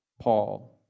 Paul